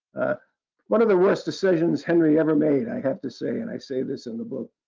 one of the worse decisions henry every made, i have to say, and i say this in the book.